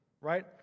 right